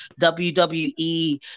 WWE